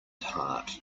heart